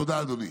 תודה, אדוני.